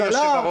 על הבן שלו.